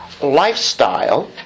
lifestyle